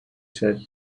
said